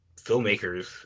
filmmakers